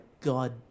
God